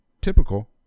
typical